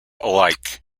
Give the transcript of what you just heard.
alike